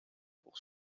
pour